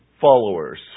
followers